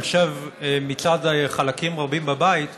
אני חושב שמצד חלקים רבים בבית,